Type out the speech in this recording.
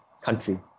country